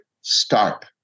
start